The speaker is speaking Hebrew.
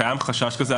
קיים חשש כזה.